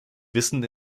wissen